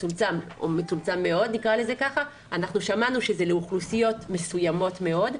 מצומצם מאוד, שמענו שזה לאוכלוסיות מסוימות מאוד.